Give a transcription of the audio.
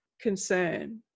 concern